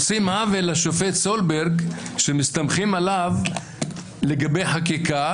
עושים עוול לשופט סולברג כשמסתמכים עליו לגבי חקיקה,